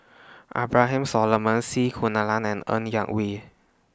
Abraham Solomon C Kunalan and Ng Yak Whee